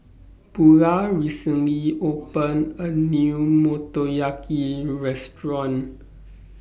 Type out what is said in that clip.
Bulah recently opened A New Motoyaki Restaurant